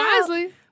wisely